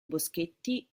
boschetti